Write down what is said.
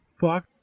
fuck